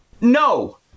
No